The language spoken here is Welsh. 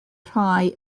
rhai